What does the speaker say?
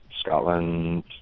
Scotland